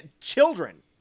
children